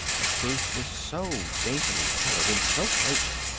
the fruit was so daintily colored and so fragrant,